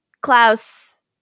Klaus